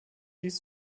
ließ